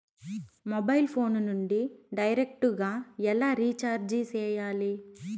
mobile phone నుండి direct గా ఎలా రీచార్జి సేయాలి